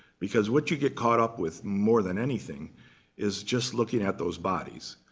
because what you get caught up with more than anything is just looking at those bodies.